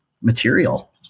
material